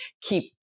keep